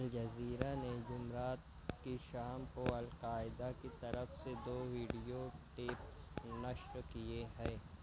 Al Jazeera نے جمرات کی شام کو القاعدہ کی طرف سے دو ویڈیو ٹیپس نشر کیے ہیں